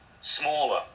smaller